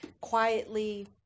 quietly